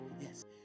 Yes